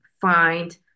find